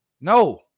No